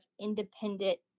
independent